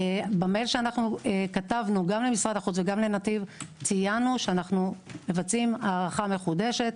במייל שכתבנו גם למשרד החוץ וגם לנתיב ציינו שאנו מבצעים הערכה מחודשת